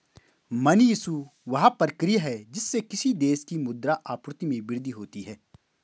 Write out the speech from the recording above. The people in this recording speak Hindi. मनी इश्यू, वह प्रक्रिया है जिससे किसी देश की मुद्रा आपूर्ति में वृद्धि होती है